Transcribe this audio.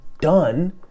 done